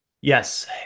Yes